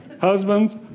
Husbands